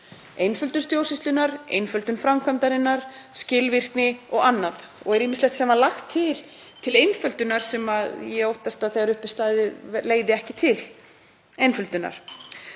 einföldun stjórnsýslunnar, einföldun framkvæmdarinnar, skilvirkni og annað, er ýmislegt sem var lagt til til einföldunar sem ég óttast að þegar upp er staðið leiði ekki til einföldunar.